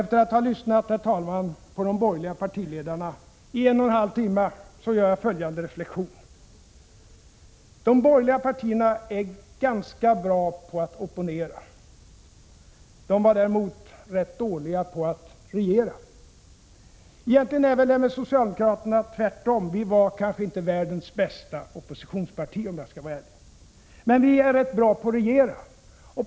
Efter att ha lyssnat på de borgerliga partiledarna i en och en halv timme gör jag följande reflexion: De borgerliga partierna är ganska bra på att opponera, men de var däremot rätt dåliga på att regera. Egentligen är det tvärtom när det gäller socialdemokraterna. Vi var kanske inte världens bästa oppositionsparti, om jag skall vara ärlig. Men vi är rätt bra på att regera.